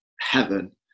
heaven